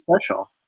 special